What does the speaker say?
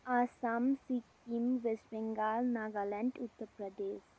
Assam Sikkim West Bengal Nagaland Uttar Pradesh